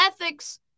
Ethics